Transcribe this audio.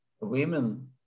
women